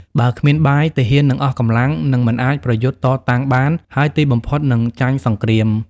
បើគ្មានបាយ ទាហាននឹងអស់កម្លាំង និងមិនអាចប្រយុទ្ធតតាំងបាន ហើយទីបំផុតនឹងចាញ់សង្គ្រាម។